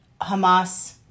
Hamas